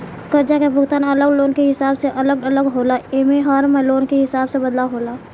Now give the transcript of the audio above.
कर्जा के भुगतान अलग लोन के हिसाब से अलग अलग होला आ एमे में हर लोन के हिसाब से बदलाव होला